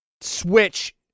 switch